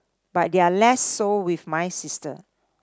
but they're less so with my sister